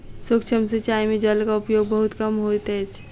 सूक्ष्म सिचाई में जलक उपयोग बहुत कम होइत अछि